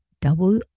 double